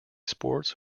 sports